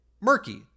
murky